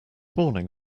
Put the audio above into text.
morning